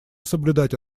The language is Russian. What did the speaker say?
соблюдать